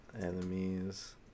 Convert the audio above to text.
Enemies